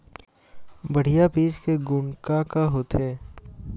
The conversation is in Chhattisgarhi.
बढ़िया बीज के गुण का का होथे?